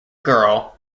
girl